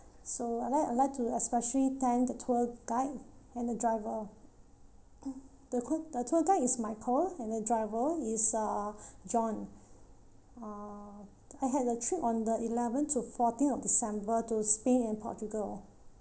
so I'd like I'd like to especially thank the tour guide and the driver the gr~ the tour guide is michael and the driver is uh john uh I had the trip on the eleventh to fourteenth of december to spain and portugal